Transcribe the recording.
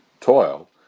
Toil